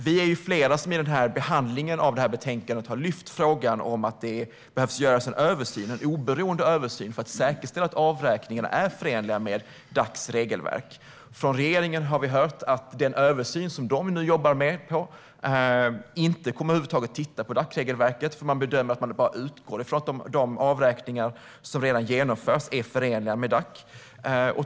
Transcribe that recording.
Vi är flera som i behandlingen av betänkandet har tagit upp att det behöver göras en oberoende översyn för att säkerställa att avräkningarna är förenliga med Dacs regelverk. Från regeringen har vi hört att den översyn som de nu jobbar med över huvud taget inte kommer att titta på Dacregelverket, för man utgår från att de avräkningar som redan genomförs är förenliga med Dac.